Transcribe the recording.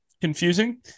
confusing